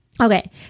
Okay